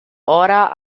ora